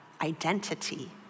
identity